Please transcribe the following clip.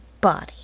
body